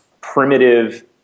primitive